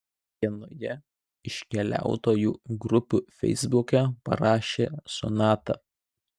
vienoje iš keliautojų grupių feisbuke parašė sonata